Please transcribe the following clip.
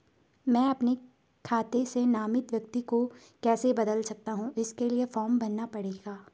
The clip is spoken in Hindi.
मैं अपने खाते से नामित व्यक्ति को कैसे बदल सकता हूँ इसके लिए फॉर्म भरना पड़ेगा?